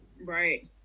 Right